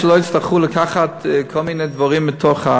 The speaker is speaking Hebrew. שלא יצטרכו לקחת כל מיני דברים מתוך,